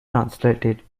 translated